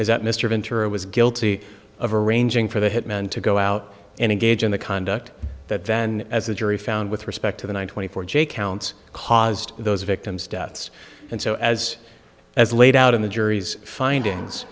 is that mr ventura was guilty of arranging for the hitman to go out and engage in the conduct that van as the jury found with respect to the one twenty four j counts caused those victims deaths and so as as laid out in the jury's findings